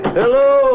hello